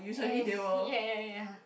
eh ya ya ya ya